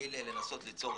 כדי לנסות ליצר אמון.